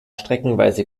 streckenweise